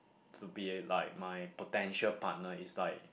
to be like my potential partner it's like